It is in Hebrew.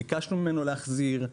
ביקשנו ממנו להחזיר,